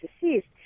deceased